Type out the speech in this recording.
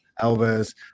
Alves